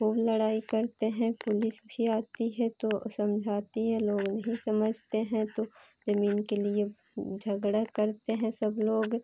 ख़ूब लड़ाई करते हैं पुलिस भी आती है तो समझाती है लोग नहीं समझते हैं तो ज़मीन के लिए झगड़ा करते हैं सब लोग